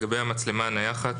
לגבי המצלמה הנייחת,